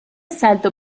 salto